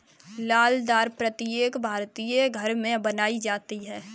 लाल दाल प्रत्येक भारतीय घर में बनाई जाती है